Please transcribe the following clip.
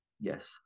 Yes